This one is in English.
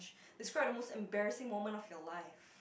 describe the most embarrassing moment of your life